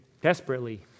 desperately